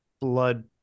blood